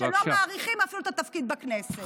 שלא מעריכים אפילו את התפקיד בכנסת.